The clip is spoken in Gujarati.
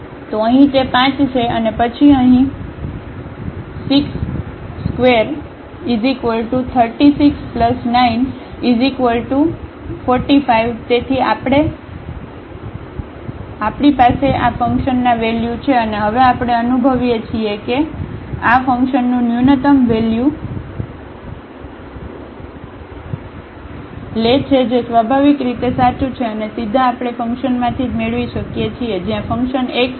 તો અહીં તે 5 છે અને પછી અહીં 6236 945 તેથી આપણી પાસે આ ફંકશનનાં વેલ્યુ છે અને હવે આપણે અનુભવીએ છીએ કે આ ફંકશનનું ન્યુનત્તમ વેલ્યુ લે છે જે સ્વાભાવિક રીતે સાચું છે અને સીધા આપણે ફંક્શનમાંથી જ મેળવી શકીએ છીએ જ્યાં ફંક્શન x2y2 છે